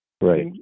Right